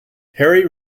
harry